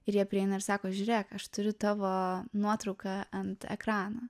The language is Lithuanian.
ir jie prieina ir sako žiūrėk aš turiu tavo nuotrauką ant ekrano